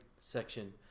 section